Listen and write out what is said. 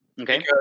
Okay